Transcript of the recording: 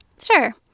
Sure